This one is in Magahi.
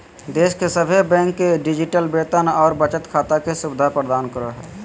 देश के सभे बैंक डिजिटल वेतन और बचत खाता के सुविधा प्रदान करो हय